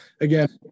again